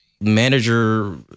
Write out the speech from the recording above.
manager